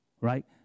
right